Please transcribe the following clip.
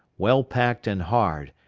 well packed and hard,